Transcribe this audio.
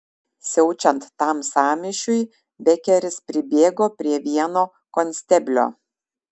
siaučiant tam sąmyšiui bekeris pribėgo prie vieno konsteblio